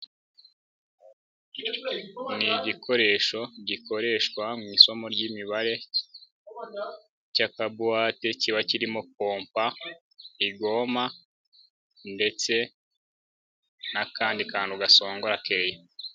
Ni igikoresho gikoreshwa mu isomo ry'imibare cy' kaboate, kiba kirimo kompa, igoma, ndetse n'akandi kantu gasongora kereyo.